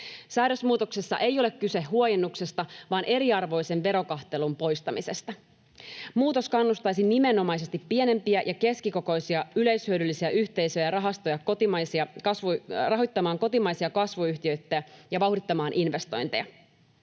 Säädösmuutoksessa ei ole kyse huojennuksesta vaan eriarvoisen verokohtelun poistamisesta. Muutos kannustaisi nimenomaisesti pienempiä ja keskikokoisia yleishyödyllisiä yhteisöjä ja rahastoja rahoittamaan kotimaisia kasvuyhtiöitä ja vauhdittamaan investointeja.